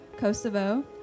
Kosovo